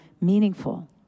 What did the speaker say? meaningful